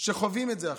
שחוות את זה עכשיו,